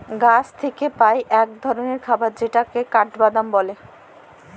গাহাচ থ্যাইকে পাই ইক ধরলের খাবার যেটকে কাঠবাদাম ব্যলে